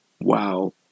Wow